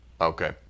Okay